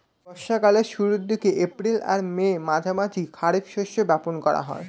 বর্ষা কালের শুরুর দিকে, এপ্রিল আর মের মাঝামাঝি খারিফ শস্য বপন করা হয়